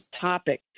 topic